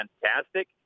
fantastic